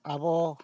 ᱟᱵᱚ